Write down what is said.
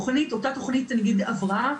אותה תוכנית הבראה,